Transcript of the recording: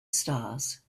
stars